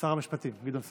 שר המשפטים גדעון סער.